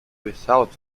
without